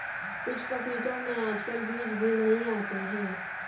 कुछ पपीतों में आजकल बीज भी नहीं आते हैं